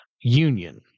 union